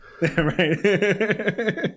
Right